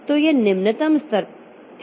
तो यह निम्नतम स्तर है